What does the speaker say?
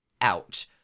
out